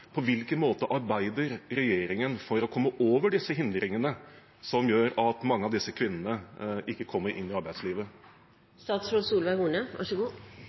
på hvilken måte arbeider regjeringen for å komme over hindringene som gjør at mange av disse kvinnene ikke kommer inn i arbeidslivet?